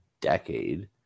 decade